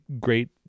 great